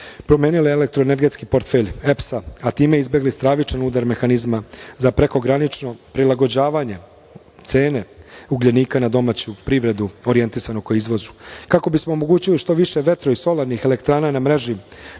promenili elektroenergetski portfelj EPS-a, a time izbegli stravičan udar mehanizma za prekogranično prilagođavanje cene ugljenika na domaću privredu orijentisanu ka izvozu. Kako bismo omogućili što više vetro i solarnih elektrana na mreži,